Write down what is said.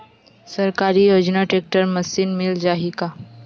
सरकारी योजना tractor machine मिल जाही का?